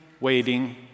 waiting